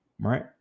Right